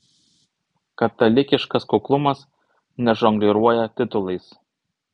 katalikiškas kuklumas nežongliruoja titulais